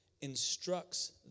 instructs